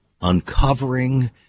uncovering